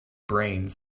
brains